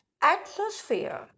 atmosphere